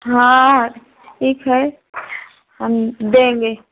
हाँ ठीक है हम देंगे